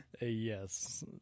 Yes